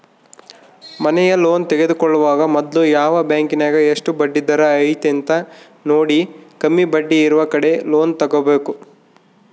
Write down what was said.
ಮನೆಯ ಲೋನ್ ತೆಗೆದುಕೊಳ್ಳುವಾಗ ಮೊದ್ಲು ಯಾವ ಬ್ಯಾಂಕಿನಗ ಎಷ್ಟು ಬಡ್ಡಿದರ ಐತೆಂತ ನೋಡಿ, ಕಮ್ಮಿ ಬಡ್ಡಿಯಿರುವ ಕಡೆ ಲೋನ್ ತಗೊಬೇಕು